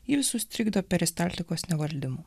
ji visus trikdo peristaltikos nevaldymu